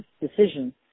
decision